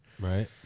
Right